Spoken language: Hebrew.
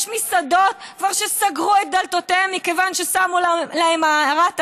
יש מסעדות שסגרו כבר את דלתותיהן מכיוון ששמו להם הערת אזהרה.